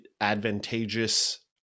advantageous